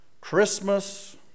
Christmas